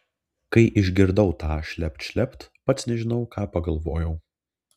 kai išgirdau tą šlept šlept pats nežinau ką pagalvojau